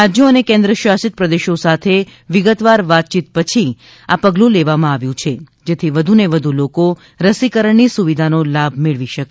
રાજ્યો અને કેન્દ્રશાસિત પ્રદેશો સાથે વિગતવાર વાતચીત પછી આ પગલું લેવામાં આવ્યું છે જેથી વધુને વધુ લોકો રસીકરણની સુવિધાનો લાભ મેળવી શકે